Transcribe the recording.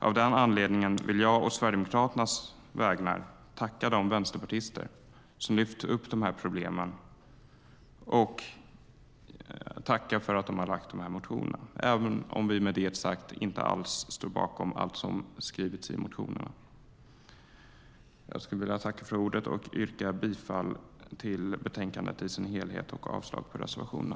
Av den anledningen vill jag å Sverigedemokraternas vägnar tacka de vänsterpartister som lyft upp de här problemen och tacka för att de har väckt de här motionerna, även om vi med det sagt inte alls står bakom allt som skrivits i motionerna. Jag yrkar bifall till utskottets förslag och avslag på reservationerna.